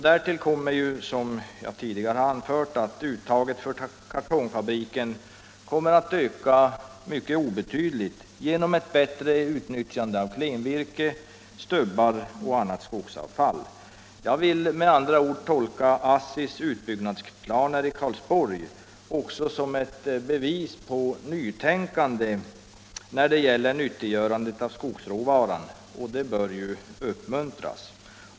Därtill kommer, som jag tidigare har anfört, att uttaget för kartongfabriken kommer att öka mycket obetydligt genom ett bättre utnyttjande av klenvirke, stubbar och annat skogsavfall. Jag vill med andra ord tolka ASSI:s utbyggnadsplaner i Karlsborg också som ett bevis på nytänkande när det gäller nyttiggörandet av skogsråvaran, och det bör ju uppmuntras.